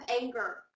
anger